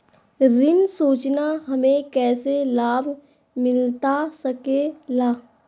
ऋण सूचना हमें कैसे लाभ मिलता सके ला?